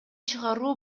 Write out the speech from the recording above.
чыгаруу